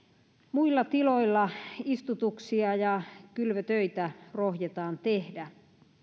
muilla tiloilla istutuksia ja kylvötöitä rohjetaan tehdä